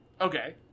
okay